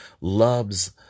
Loves